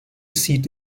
seat